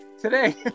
Today